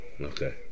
Okay